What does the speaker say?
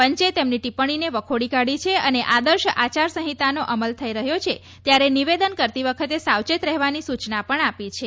પંચે તેમના ટિપ્પણીને વખોડી કાઢી છે અને આદર્શ આચાર સંહિતાનો અમલ થઈ રહ્યો છે ત્યારે નિવેદન કરતી વખતે સાવચેત રહેવાની સૂચના પણ આપી છે